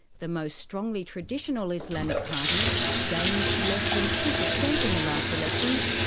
the most strongly traditional islamic party gained less than two percent in the last elections,